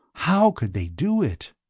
how could they do it?